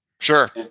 Sure